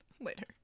later